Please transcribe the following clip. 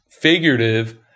figurative